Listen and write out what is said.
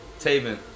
Taven